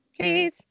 Please